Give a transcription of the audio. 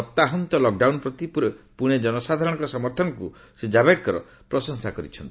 ସପ୍ତାହାନ୍ତ ଲକ୍ଡାଉନ୍ ପ୍ରତି ପୁଣେ ଜନସାଧାରଣଙ୍କ ସମର୍ଥନକୁ ଶ୍ରୀ ଜାବ୍ଡେକର ପ୍ରଶଂସା କରିଛନ୍ତି